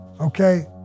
Okay